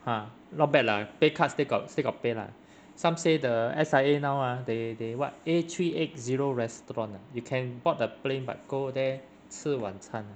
!huh! not bad lah pay cut still got still got pay lah some say the S_I_A now ah they they what A three eight zero restaurant you can board the plane but go there 吃晚餐 ah